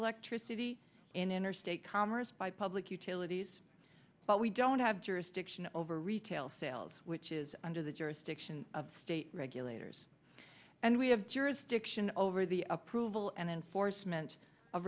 electricity in interstate commerce by public utilities but we don't have jurisdiction over retail sales which is under the jurisdiction of state regulators and we have jurisdiction over the approval and enforcement